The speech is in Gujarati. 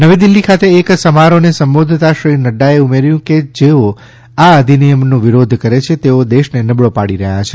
નવી દિલ્હી ખાતે એક સમારોહને સંબોધતાં શ્રી નડ્ડાએ ઉમેર્યું કે જેઓ આ અધિનિયમનો વિરોધ કરે છે તેઓ દેશને નબળો પાડી રહ્યા છે